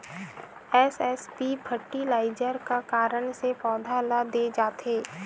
SSP fertilizer का कारण से पौधा ल दे जाथे?